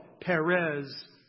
Perez